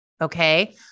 Okay